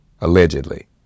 allegedly